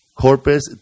Corpus